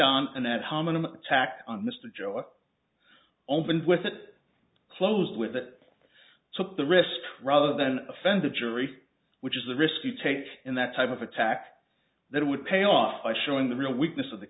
hominum attack on mr joe i opened with it closed with it took the risk rather than offend the jury which is the risk you take in that type of attack that would pay off by showing the real weakness of the